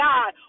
God